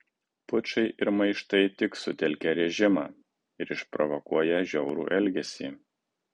pučai ir maištai tik sutelkia režimą ir išprovokuoja žiaurų elgesį